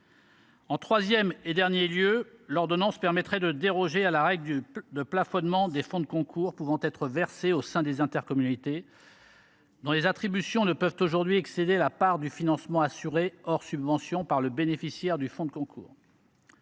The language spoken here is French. En troisième et dernier lieu, l’ordonnance permettrait de déroger à la règle de plafonnement des fonds de concours pouvant être versés au sein des intercommunalités, dont les attributions ne peuvent aujourd’hui excéder la part du financement assurée, hors subventions, par le bénéficiaire du fonds de concours.